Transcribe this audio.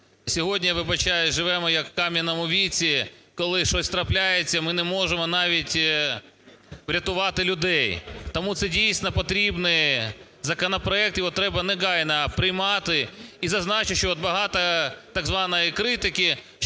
Сьогодні, вибачаюсь, живемо як у кам'яному віці, коли щось трапляється, ми не можемо навіть врятувати людей. Тому це, дійсно, потрібний законопроект, його треба негайно приймати. І зазначу, що от багато так званої критики, що от